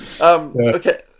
Okay